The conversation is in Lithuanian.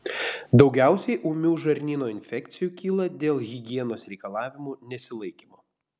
daugiausiai ūmių žarnyno infekcijų kyla dėl higienos reikalavimų nesilaikymo